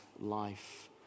life